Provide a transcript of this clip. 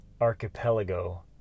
Archipelago